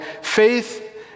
Faith